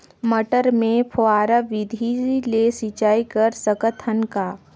मटर मे फव्वारा विधि ले सिंचाई कर सकत हन का?